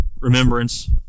remembrance